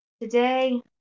today